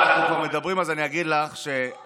אנחנו כבר מדברים על זה, אז אני אגיד לך שאני,